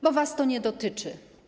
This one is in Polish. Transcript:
Bo was to nie dotyczy.